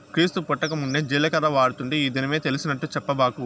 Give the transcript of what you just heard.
క్రీస్తు పుట్టకమున్నే జీలకర్ర వాడుతుంటే ఈ దినమే తెలిసినట్టు చెప్పబాకు